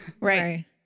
Right